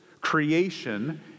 creation